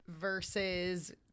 versus